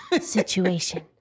situation